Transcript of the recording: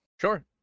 Sure